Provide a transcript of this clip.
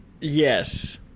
yes